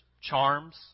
charms